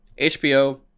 hbo